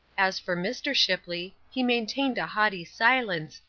as for mr. shipley, he maintained a haughty silence,